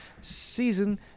season